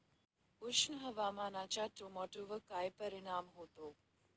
उष्ण हवामानाचा टोमॅटोवर काय परिणाम होतो?